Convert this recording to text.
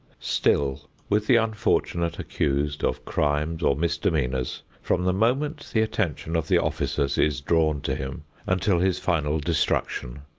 still with the unfortunate accused of crimes or misdemeanors, from the moment the attention of the officers is drawn to him until his final destruction,